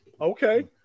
okay